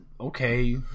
okay